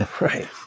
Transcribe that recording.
Right